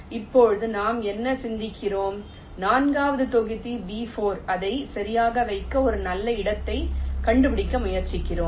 இப்போது நாம் என்ன சிந்திக்கிறோம் நான்காவது தொகுதி B4 அதை சரியாக வைக்க ஒரு நல்ல இடத்தைக் கண்டுபிடிக்க முயற்சிக்கிறோம்